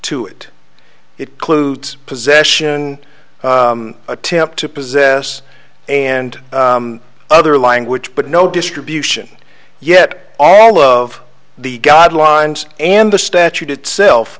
to it it clued possession attempt to possess and other language but no distribution yet all of the guidelines and the statute itself